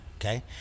Okay